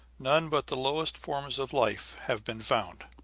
none but the lowest forms of life have been found.